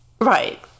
Right